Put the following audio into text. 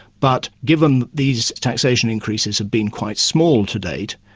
but given these taxation increases have been quite small to date,